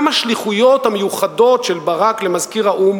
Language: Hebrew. גם השליחויות המיוחדות של ברק למזכיר האו"ם